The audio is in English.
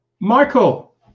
Michael